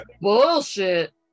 bullshit